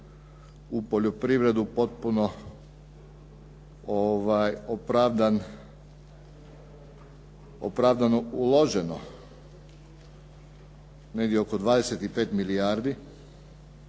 u poljoprivredu potpuno opravdano uloženo negdje oko 25 milijardi,